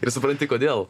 ir supranti kodėl